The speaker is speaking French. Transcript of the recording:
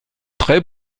très